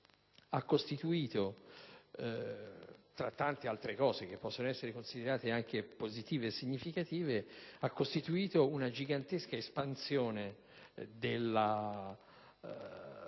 ha costituito - tra tante altre cose che possono essere considerate positive e significative - una gigantesca espansione della